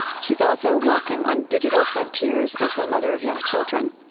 she's also walking on digital frontiers as the mother of young children.